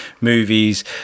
movies